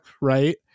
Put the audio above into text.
right